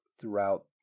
Throughout